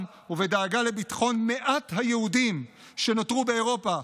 ובדאגה לביטחון מעט היהודים שנותרו באירופה,